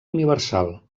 universal